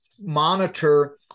monitor